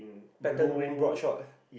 pattern green boardshort